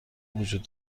وجود